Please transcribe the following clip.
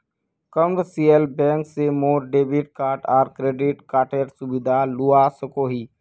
commercial bank से मोर debit card आर क्रेडिट कार्डेर सुविधा लुआ सकोही